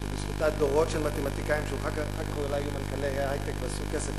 שבזכותה דורות של מתמטיקאים אחר כך אולי יהיו מנכ"לי היי-טק ויעשו כסף,